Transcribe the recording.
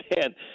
man